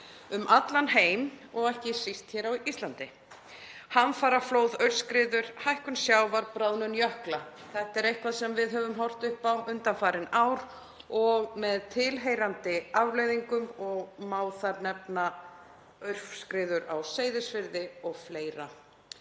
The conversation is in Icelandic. um allan heim og ekki síst hér á Íslandi. Hamfaraflóð, aurskriður, hækkun sjávar, bráðnun jökla, þetta er eitthvað sem við höfum horft upp á undanfarin ár með tilheyrandi afleiðingum. Má þar nefna aurskriður á Seyðisfirði og fleira.